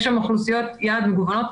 יש שם אוכלוסיות יעד מגוונות,